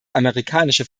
amerikanische